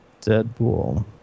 Deadpool